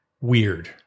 Weird